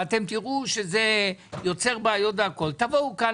אתם תראו שזה יוצר בעיות תבואו לכאן,